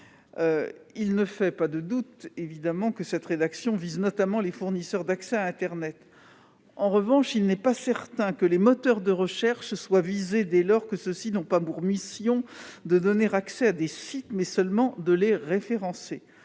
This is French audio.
Il ne fait pas de doute que cette rédaction vise notamment les fournisseurs d'accès à internet. En revanche, il n'est pas certain que les moteurs de recherche soient visés, dès lors que ceux-ci ont pour mission non pas de donner accès à des sites, mais seulement de les référencer.